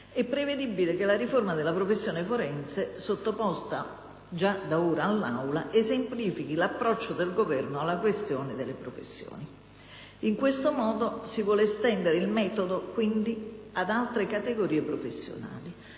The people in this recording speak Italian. è prevedibile che la riforma della professione forense sottoposta già da ora all'Aula esemplifichi l'approccio del Governo alla questione delle professioni. In questo modo si vuole quindi estendere il metodo ad altre categorie professionali,